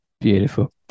beautiful